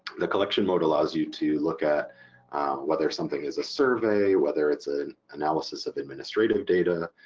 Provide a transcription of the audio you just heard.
the collection mode allows you to look at whether something is a survey, whether it's an analysis of administrative data,